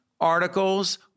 articles